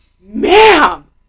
ma'am